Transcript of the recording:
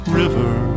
river